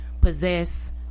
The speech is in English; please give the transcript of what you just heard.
possess